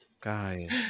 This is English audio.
guys